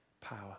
power